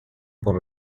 опор